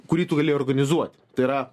kurį tu gali organizuoti tai yra